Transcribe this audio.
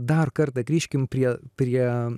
dar kartą grįžkim prie prie